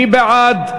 מי בעד?